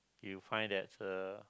you find that uh